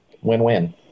win-win